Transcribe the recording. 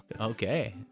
Okay